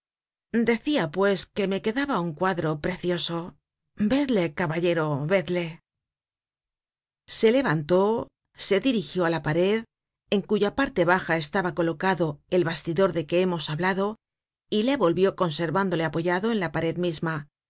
decia pues que me quedaba un cuadro precioso vedle caballero vedle se levantó se dirigió á la pared en cuya parte baja estaba colocado el bastidor de que hemos hablado y le volvió conservándole apoyado en la pared misma